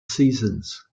seasons